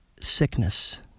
sickness